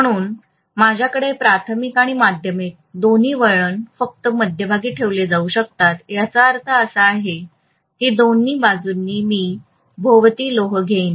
म्हणून माझ्याकडे प्राथमिक व माध्यमिक दोन्ही वळण फक्त मध्यभागी ठेवले जाऊ शकतात ज्याचा अर्थ असा आहे की दोन्ही बाजूंनी मी भोवती लोह घेईन